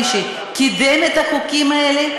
מי שקידם את החוקים האלה,